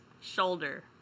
shoulder